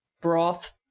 broth